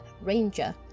Ranger